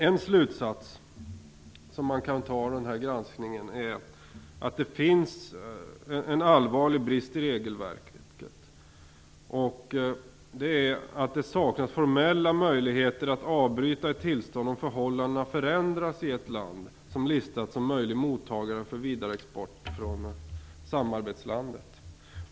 En slutsats man kan dra av denna granskning är att det finns en allvarlig brist i regelverket. Det saknas nämligen formella möjligheter att avbryta ett tillstånd om förhållandena förändras i ett land som listats som möjlig mottagare för vidareexport från samarbetslandet.